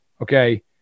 okay